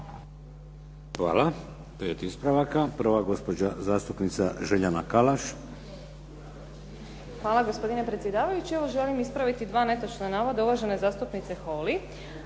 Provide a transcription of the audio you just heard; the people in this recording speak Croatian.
Hvala. Pet ispravaka. Prva gospođa zastupnica Željana Kalaš. **Podrug, Željana (HDZ)** Hvala gospodine predsjedavajući. Evo, želim ispraviti dva netočna navoda uvažene zastupnice Holy,